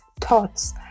thoughts